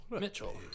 Mitchell